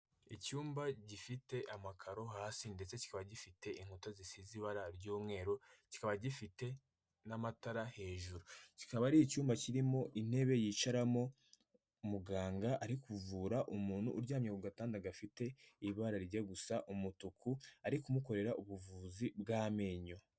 Icyumba gifite amakaro hasi ndetse kikaba gifite inkuta zisize ibara ry'umweru, kikaba gifite n'amatara hejuru. Kikaba ari icyumba kirimo intebe yicaramo muganga ari kuvura umuntu uryamye ku gatanda gafite ibara rijya gusa umutuku, ari kumukorera ubuvuzi bw'amenyo.